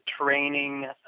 training